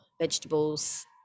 vegetables